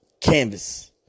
canvas